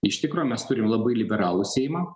iš tikro mes turim labai liberalų seimą